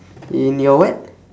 in your what